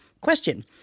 Question